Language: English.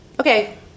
okay